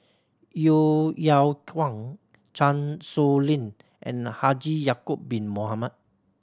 Yeo Yeow Kwang Chan Sow Lin and Haji Ya'acob Bin Mohamed